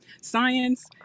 science